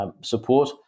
support